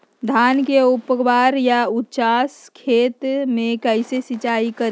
धान के ऊपरवार या उचास खेत मे कैसे सिंचाई करें?